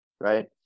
right